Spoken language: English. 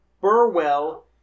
Burwell